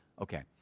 Okay